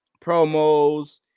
promos